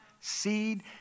seed